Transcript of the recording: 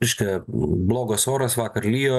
reiškia blogas oras vakar lijo